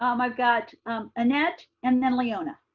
um i've got annette and then leona.